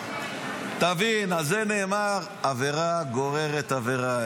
תבין, על זה נאמר "עבירה גוררת עבירה".